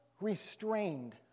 restrained